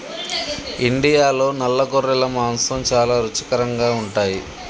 ఇండియాలో నల్ల గొర్రెల మాంసం చాలా రుచికరంగా ఉంటాయి